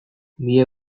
mila